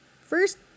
first